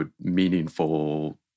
meaningful